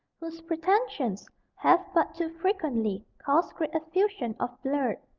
whose pretensions have but too frequently caused great effusion of blood.